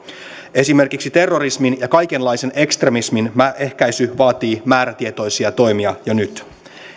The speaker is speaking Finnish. esimerkiksi terrorismin ja kaikenlaisen ekstremismin ehkäisy vaatii määrätietoisia toimia jo nyt